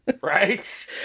Right